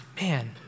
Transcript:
man